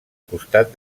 costat